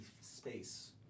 space